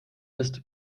ist